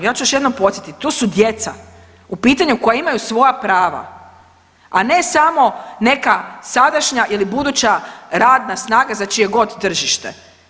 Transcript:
Ja ću još jednom podsjetiti to su djeca u pitanju koja imaju svoja prava, a ne samo neka sadašnja ili buduća radna snaga za čije god tržište.